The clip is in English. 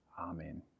Amen